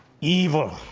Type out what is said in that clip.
evil